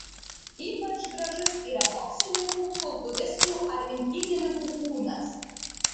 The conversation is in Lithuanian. ypač gražus yra boksininkų kultūristų ar imtynininkų kūnas